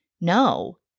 No